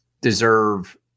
deserve